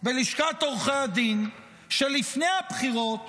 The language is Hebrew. בלשכת עורכי הדין שלפני הבחירות